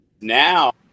now